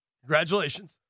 Congratulations